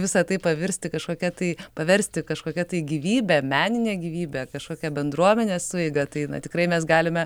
visa tai pavirsti kažkokia tai paversti kažkokia tai gyvybe menine gyvybe kažkokia bendruomenės sueiga tai tikrai mes galime